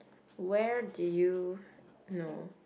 where did you know